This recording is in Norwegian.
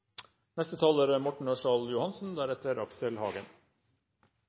Neste taler er